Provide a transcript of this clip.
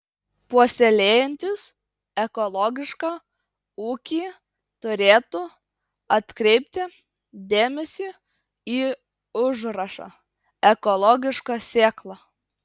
puoselėjantys ekologišką ūkį turėtų atkreipti dėmesį į užrašą ekologiška sėkla